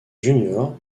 junior